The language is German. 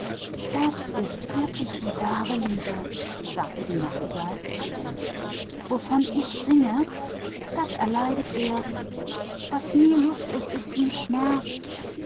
das ist wirklich der treue liebhaber sagte die nachtigall was ich singe um das leidet er was mir freude ist das ist ihm schmerz